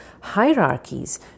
hierarchies